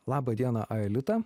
laba diena aelita